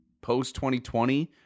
post-2020